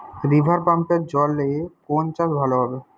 রিভারপাম্পের জলে কোন চাষ ভালো হবে?